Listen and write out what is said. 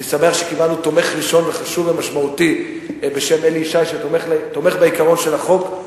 אני שמח שקיבלנו תומך ראשון וחשוב בשם אלי ישי שתומך בעיקרון של החוק,